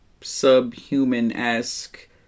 subhuman-esque